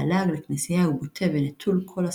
והלעג לכנסייה הוא בוטה ונטול כל הסוואה.